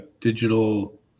digital